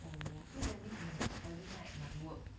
oh so that means 你 every night must work